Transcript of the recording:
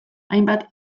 hainbat